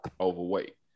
overweight